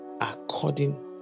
according